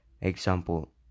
Example